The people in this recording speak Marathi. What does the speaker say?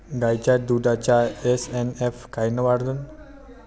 गायीच्या दुधाचा एस.एन.एफ कायनं वाढन?